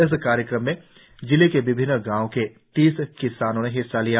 इस कार्यक्रम में जिले के विभिन्न गांवों के तीस किसानों ने हिस्सा लिया